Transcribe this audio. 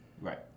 Right